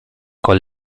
con